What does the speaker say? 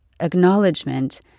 acknowledgement